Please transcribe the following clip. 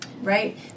right